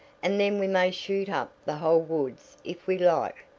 and then we may shoot up the whole woods if we like.